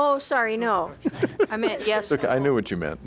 oh sorry no i mean yes i knew what you meant